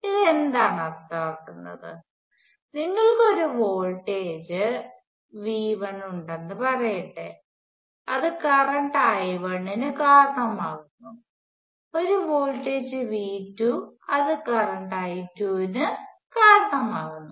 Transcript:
ഇത് എന്താണ് അർത്ഥമാക്കുന്നത് നിങ്ങൾക്ക് ഒരു വോൾടേജ് V1 ഉണ്ടെന്ന് പറയട്ടെ അത് കറണ്ട് I1 നു കാരണമാകുന്നു ഒരു വോൾട്ടേജ് V2 അത് കറണ്ട് I2 നു കാരണമാകുന്നു